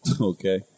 Okay